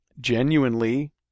genuinely